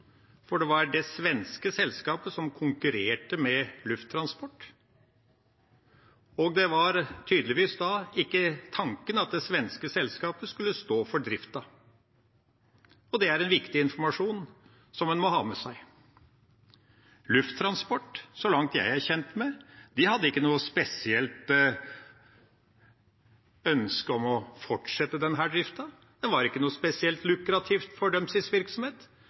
for det var det svenske selskapet som konkurrerte med Lufttransport. Det var tydeligvis ikke tanken at det svenske selskapet skulle stå for driften, og det er en viktig informasjon som en må ha med seg. Lufttransport hadde ikke – så langt jeg er kjent med – noe spesielt ønske om å fortsette denne driften. Den var ikke spesielt lukrativ for deres virksomhet,